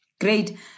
Great